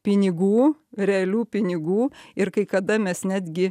pinigų realių pinigų ir kai kada mes netgi